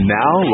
now